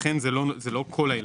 לכן זה לא כל הילדים.